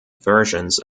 versions